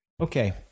Okay